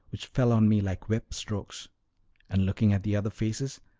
which fell on me like whip-strokes and looking at the other faces,